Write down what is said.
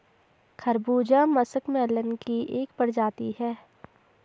खरबूजा मस्कमेलन की एक प्रजाति है